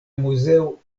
muzeo